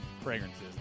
Fragrances